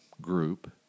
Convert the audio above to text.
group